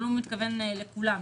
אבל הוא מתכוון לכולם,